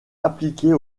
appliquées